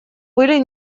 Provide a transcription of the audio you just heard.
были